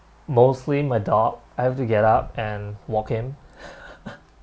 mostly my dog I have to get up and walk him